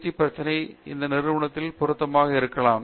D பிரச்சனை அந்த நிறுவனத்திற்கு பொருத்தமாக இருக்கலாம்